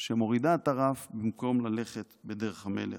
שמורידה את הרף במקום ללכת בדרך המלך.